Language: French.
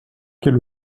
qu’est